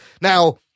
Now